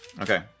Okay